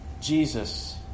Jesus